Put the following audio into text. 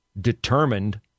determined